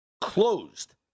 closed